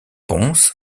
pons